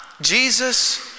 Jesus